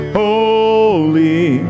holy